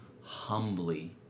humbly